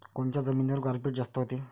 कोनच्या जमिनीवर गारपीट जास्त व्हते?